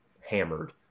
hammered